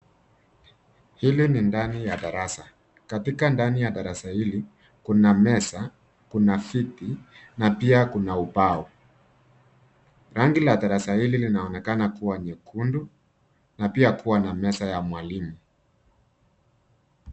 Hili ni ndani ya darasa. Katika ndani ya darasa hili kuna meza, kuna viti na pia kuna ubao. Rangi la darasa hili linaonekana kuwa nyekundu na pia kuwa na meza ya mwalimu.